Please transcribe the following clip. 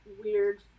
weird